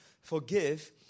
forgive